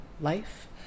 life